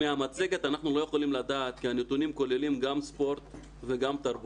מהמצגת אנחנו לא יכולים לדעת כי הנתונים כוללים גם ספורט וגם תרבות.